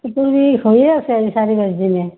পেটটো বিষ হৈয়ে আছে আজি চাৰি পাঁচ দিনে